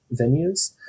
venues